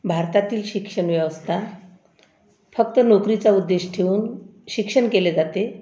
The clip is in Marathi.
भारतातील शिक्षणव्यवस्था फक्त नोकरीचा उद्देश ठेवून शिक्षण केले जाते